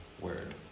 word